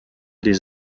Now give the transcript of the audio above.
des